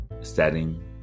setting